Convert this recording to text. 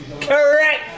Correct